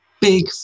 big